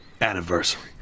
anniversary